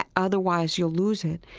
and otherwise you'll lose it.